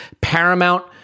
paramount